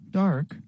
dark